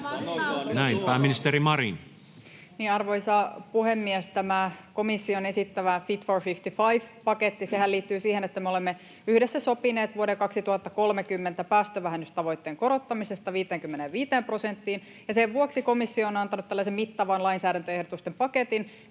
Pääministeri Marin. Arvoisa puhemies! Tämä komission esittämä Fit for 55 ‑pakettihan liittyy siihen, että me olemme yhdessä sopineet vuoden 2030 päästövähennystavoitteen korottamisesta 55 prosenttiin. Sen vuoksi komissio on antanut tällaisen mittavan lainsäädäntöehdotusten paketin